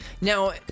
Now